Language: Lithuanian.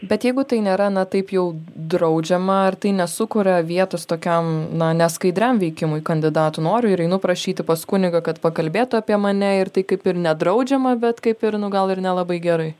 bet jeigu tai nėra na taip jau draudžiama ar tai nesukuria vietos tokiam na neskaidriam veikimui kandidatų noriu ir einu prašyti pas kunigą kad pakalbėtų apie mane ir tai kaip ir nedraudžiama bet kaip ir nu gal ir nelabai gerai